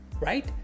right